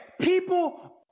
people